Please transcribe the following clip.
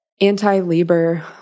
anti-labor